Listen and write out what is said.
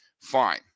fine